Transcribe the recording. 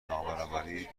نابرابری